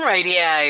Radio